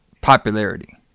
popularity